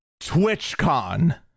TwitchCon